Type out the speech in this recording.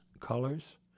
colors